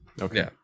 Okay